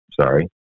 Sorry